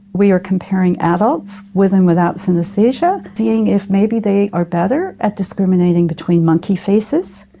we are comparing adults with and without synaesthesia, seeing if maybe they are better at discriminating between monkey faces.